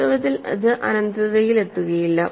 വാസ്തവത്തിൽ അത് അനന്തതയിലെത്തുകയില്ല